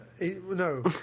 No